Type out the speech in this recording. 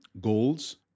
goals